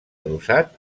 adossat